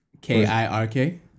K-I-R-K